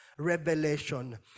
revelation